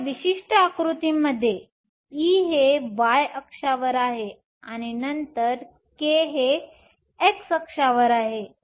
या विशिष्ट आकृतीमध्ये e हे y अक्षावर आहे आणि नंतर k हे x अक्षावर आहे